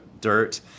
dirt